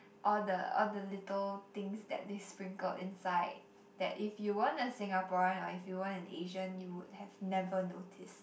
all the all the little things that they sprinkled inside that if you weren't a Singaporean or if you weren't an Asian you would have never noticed